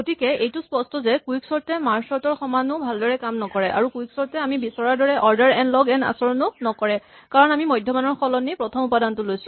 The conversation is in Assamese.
গতিকে এইটো স্পষ্ট যে কুইকচৰ্ট এ মাৰ্জ চৰ্ট ৰ সমানো ভালদৰে কাম নকৰে আৰু কুইকচৰ্ট এ আমি বিচৰাৰ দৰে অৰ্ডাৰ এন লগ এন আচৰণো নকৰে কাৰণ আমি মধ্যমানৰ সলনি প্ৰথম উপাদানটো লৈছো